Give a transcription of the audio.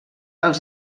als